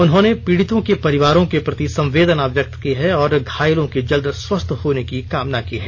उन्होंने पीड़ितों के परिवारों के प्रति संवेदना व्यक्त की और घायलों के जल्द स्वस्थ होने कामना की है